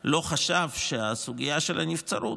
לא חשב שהסוגיה של הנבצרות